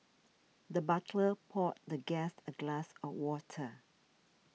the butler poured the guest a glass of water